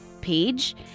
page